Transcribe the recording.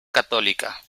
católica